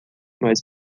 mais